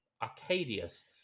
Arcadius